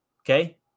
okay